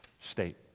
state